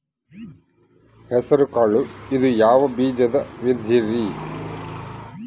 ಹೆಸರುಕಾಳು ಇದು ಯಾವ ಬೇಜದ ವಿಧರಿ?